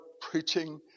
preaching